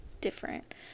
different